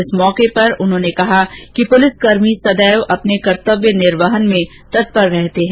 इस मौके पर श्री गर्ग ने कहा कि पुलिसकर्मी सदैव अपने कर्तव्य निर्वहन में तत्पर रहते हैं